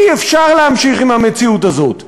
אי-אפשר להמשיך עם המציאות הזאת.